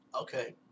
Okay